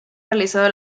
realizado